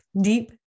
deep